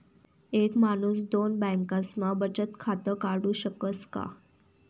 एक माणूस दोन बँकास्मा बचत खातं काढु शकस का?